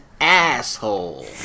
asshole